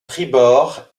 tribord